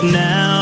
now